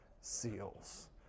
seals